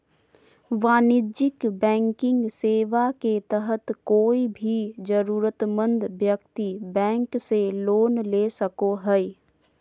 वाणिज्यिक बैंकिंग सेवा के तहत कोय भी जरूरतमंद व्यक्ति बैंक से लोन ले सको हय